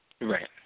Right